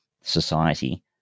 society